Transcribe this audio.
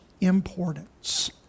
importance